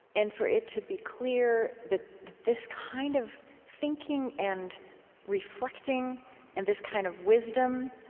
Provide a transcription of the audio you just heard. and for it to be clear that this kind of thinking and reflecting and this kind of wisdom